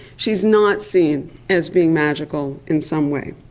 she is not seen as being magical in some way.